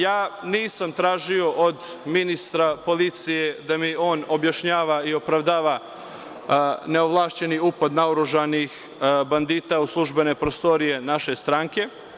Ja nisam tražio od ministra policije da mi on objašnjava i opravdava neovlašćeni upad naoružanih bandita u službene prostorije naše stranke.